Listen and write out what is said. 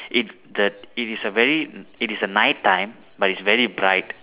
it the it is a very it is a night time but it's very bright